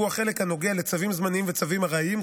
והוא החלק הנוגע לצווים זמניים וצווים ארעיים,